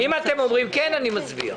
אם אתם אומרים כן אני מצביע.